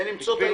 כדי למצוא איזון.